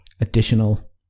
additional